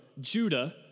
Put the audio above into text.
Judah